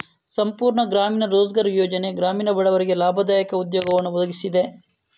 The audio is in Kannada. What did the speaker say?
ಸಂಪೂರ್ಣ ಗ್ರಾಮೀಣ ರೋಜ್ಗಾರ್ ಯೋಜನೆ ಗ್ರಾಮೀಣ ಬಡವರಿಗೆ ಲಾಭದಾಯಕ ಉದ್ಯೋಗವನ್ನು ಒದಗಿಸಿದೆ